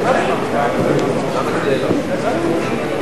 כהצעת הוועדה, נתקבלו.